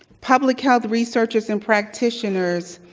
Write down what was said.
public health researchers and practitioners,